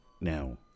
now